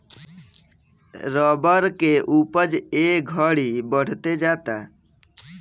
rubber के उपज ए घड़ी बढ़ते जाता